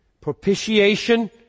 Propitiation